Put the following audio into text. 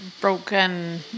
broken